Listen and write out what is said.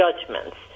judgments